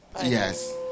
Yes